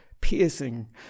piercing